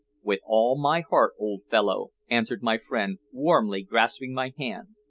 with all my heart, old fellow, answered my friend, warmly grasping my hand,